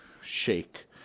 shake